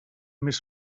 més